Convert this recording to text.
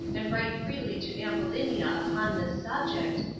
and write freely to ambulinia upon this subject,